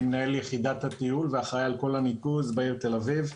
אני מנהל יחידת התיעול ואחראי על כל הניקוז בעיר תל אביב.